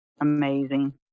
amazing